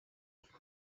off